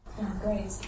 Great